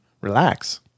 relax